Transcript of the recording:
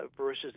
versus